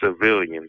civilians